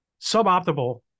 suboptimal